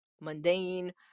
mundane